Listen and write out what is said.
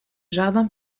jardin